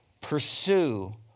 Pursue